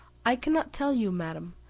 i cannot tell you, madam,